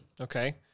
Okay